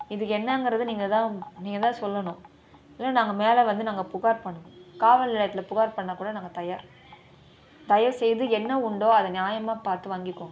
இது என்னங்கிறதை நீங்கள் தான் நீங்கள் தான் சொல்லணும் இல்லை நாங்கள் மேலே வந்து புகார் பண்ணுவோம் காவல் நிலையத்தில் புகார் பண்ணக்கூட நாங்கள் தயார் தயவுசெய்து என்ன உண்டோ அதை நியாயமாக பார்த்து வாங்கிக்கங்க